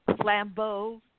Flambeau